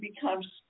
becomes